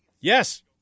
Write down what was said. Yes